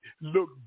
look